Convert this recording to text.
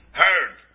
heard